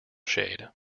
shade